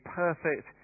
perfect